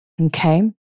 Okay